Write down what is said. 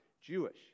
Jewish